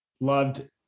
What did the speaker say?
loved